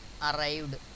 arrived